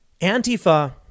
Antifa